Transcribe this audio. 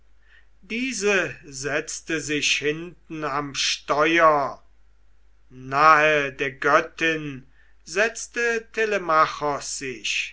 diese setzte sich hinten am steuer nahe der göttin setzte telemachos sich